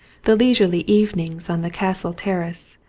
the leisurely evenings on the castle terrace,